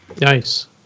Nice